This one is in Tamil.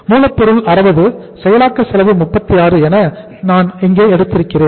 மூலப்பொருள் 60 செயலாக்க செலவு 36 என நான் இங்கே எடுத்திருக்கிறேன்